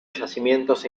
yacimientos